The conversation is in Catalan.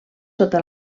sota